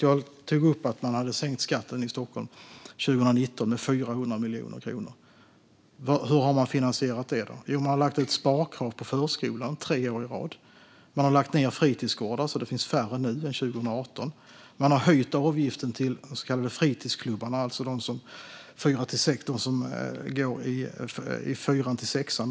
Jag tog upp att man sänkte skatten i Stockholm 2019 med 400 miljoner kronor. Hur har man finansierat det? Jo, man har lagt ut sparkrav på förskolan tre år i rad. Man har lagt ned fritidsgårdar, så att det finns färre nu än 2018. Man har på två år höjt avgifterna med 50 procent till de så kallade fritidsklubbarna för dem som går i fyran till sexan.